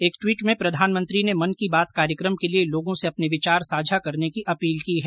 एक ट्वीट में प्रधानमंत्री ने मन की बात कार्यक्रम के लिए लोगों से अपने विचार साझा करने की अपील की है